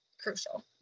crucial